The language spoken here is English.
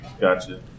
Gotcha